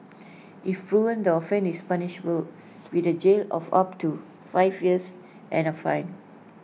if proven the offence is punishable with jail of up to five years and A fine